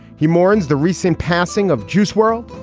he mourns the recent passing of juice world.